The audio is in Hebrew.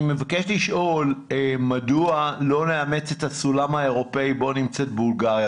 אני מבקש לשאול מדוע לא נאמץ את הסולם האירופאי בו נמצאת בולגריה.